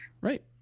right